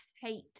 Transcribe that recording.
hate